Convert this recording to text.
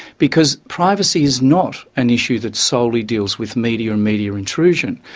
because privacy is not an issue that solely deals with media and media intrusion,